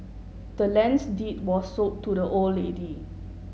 the land's deed was sold to the old lady